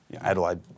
Adelaide